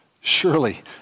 Surely